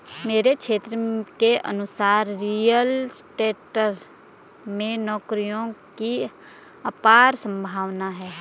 मेरे मित्र के अनुसार रियल स्टेट में नौकरियों की अपार संभावना है